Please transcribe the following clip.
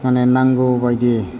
माने नांगौबायदि